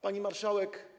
Pani Marszałek!